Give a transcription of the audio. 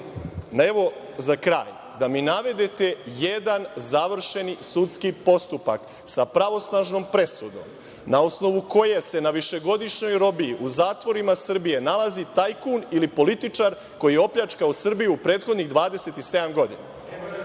evo, za kraj da mi navedete jedan završeni sudski postupak sa pravosnažnom presudom na osnovu koje se na višegodišnjoj robiji u zatvorima Srbije nalazi tajkun ili političar koji je opljačkao Srbiju u prethodnih 27 godina